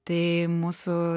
tai mūsų